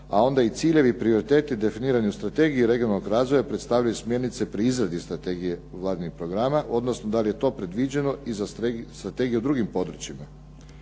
a onda i ciljevi prioriteti definirani u strategiji regionalnog razvoja predstavljaju smjernice pri izradi strategije Vladinih programa, odnosno da li je to predviđeno i za strategije u drugim područjima.